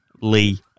Lee